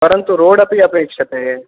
परन्तु रोड् अपि अपेक्षते